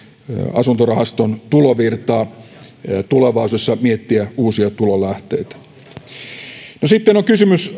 asuntorahaston tulovirtaa tulevaisuudessa miettiä uusia tulonlähteitä sitten on kysymys